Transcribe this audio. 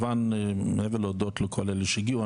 מעבר להודות לכול אלה שהגיעו,